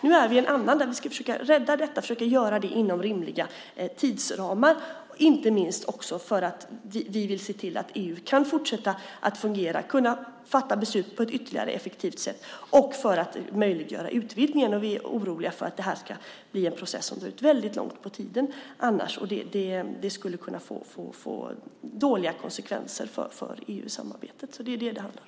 Nu är det en annan där vi ska försöka rädda detta och försöka göra det inom rimliga tidsramar, inte minst för att vi vill se till att EU kan fortsätta att fungera och kunna fatta beslut på ett ännu mer effektivt sätt och för att möjliggöra utvidgningen. Vi är oroliga för att detta ska bli en process som drar ut väldigt mycket på tiden. Det skulle kunna få dåliga konsekvenser för EU-samarbetet. Det är detta som det handlar om.